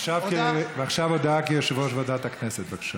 ועכשיו הודעה כיושב-ראש ועדת הכנסת, בבקשה.